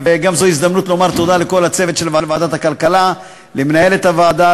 זו גם הזדמנות לומר תודה לכל הצוות של ועדת הכלכלה: למנהלת הוועדה,